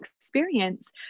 experience